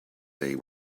they